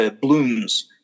blooms